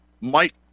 Mike